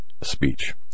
speech